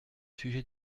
sujet